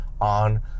on